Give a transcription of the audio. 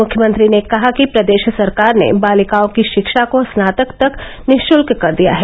मुख्यमंत्री ने कहा कि प्रदेश सरकार ने बालिकाओं की शिक्षा को स्नातक तक निशल्क कर दिया है